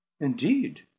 indeed